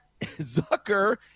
Zucker